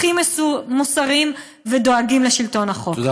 הכי מוסריים ודואגים לשלטון החוק.